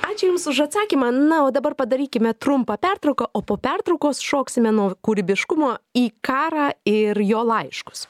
ačiū jums už atsakymą na o dabar padarykime trumpą pertrauką o po pertraukos šoksime nuo kūrybiškumo į karą ir jo laiškus